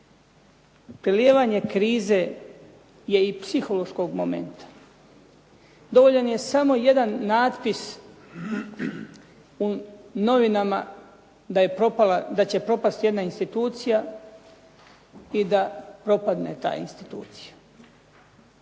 Prelijevanje krize je i psihološkog momenta. Dovoljan je samo jedan natpis u novinama da će propasti jedna institucija i da propadne ta institucija